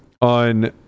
on